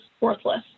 worthless